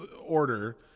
order